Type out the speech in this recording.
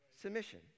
submission